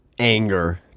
anger